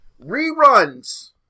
Reruns